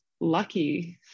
lucky